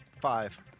Five